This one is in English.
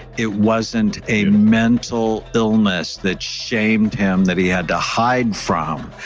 it wasn't a mental illness that shamed him that he had to hide from.